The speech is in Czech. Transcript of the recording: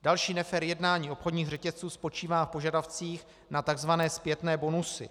Další nefér jednání obchodních řetězců spočívá v požadavcích na tzv. zpětné bonusy.